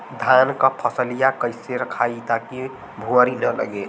धान क फसलिया कईसे रखाई ताकि भुवरी न लगे?